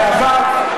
בעבר,